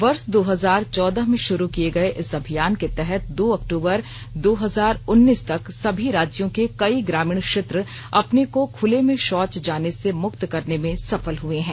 वर्ष दो हजार चौदह में शुरू किये गए इस अभियान के तहत दो अक्टूबर दो हजार उन्नीस तक सभी राज्यों के कई ग्रामीण क्षेत्र अपने को खुले में शौच जाने से मुक्त करने में सफल हुए हैं